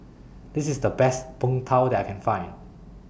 This IS The Best Png Tao that I Can Find